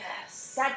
Yes